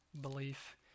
belief